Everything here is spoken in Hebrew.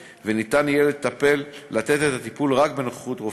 וניתן יהיה לתת את הטיפול רק בנוכחות רופא.